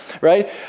right